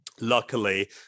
luckily